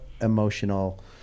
emotional